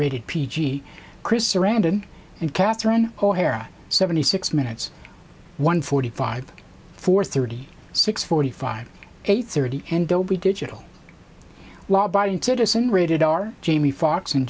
rated p g chris surrounded and catherine o'hara seventy six minutes one forty five four thirty six forty five eight thirty and dolby digital law abiding citizen rated r jamie foxx and